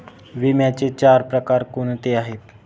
विम्याचे चार प्रकार कोणते आहेत?